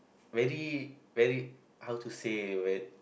really really how to say